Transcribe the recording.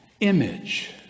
image